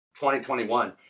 2021